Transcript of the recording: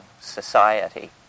society